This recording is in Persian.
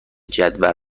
جدول